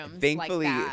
Thankfully